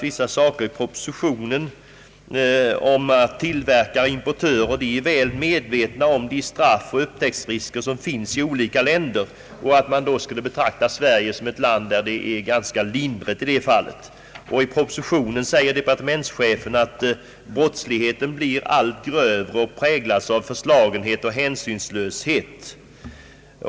I propositionen har sagts att tillverkare och importörer av narkotika är väl medvetna om de straff och upptäcktsrisker som finns i olika länder. Sverige skulle vara ett land där man ser mildare på dessa brott. Departementschefen säger vidare att brottsligheten blir allt grövre och präglas av förslagenhet och hänsynslöshet.